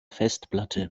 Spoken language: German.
festplatte